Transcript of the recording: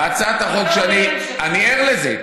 בהצעת החוק שאני, אני ער לזה.